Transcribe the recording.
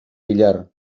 villar